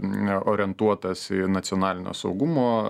neorientuotas į nacionalinio saugumo